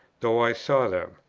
though i saw them,